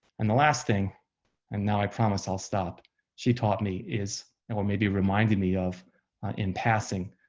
and the last thing and now i promise i'll stop she taught me is, and or maybe reminded me of in passing,